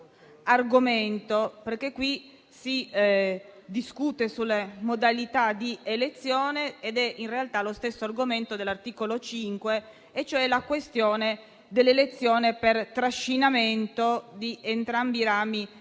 argomento: qui si discute sulle modalità di elezione ed è, in realtà, lo stesso argomento dell'articolo 5, cioè la questione dell'elezione per trascinamento di entrambi i rami